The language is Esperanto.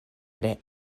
tre